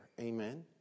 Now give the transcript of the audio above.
Amen